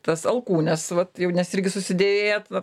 tas alkūnes vat jau nes irgi susidėvėję tada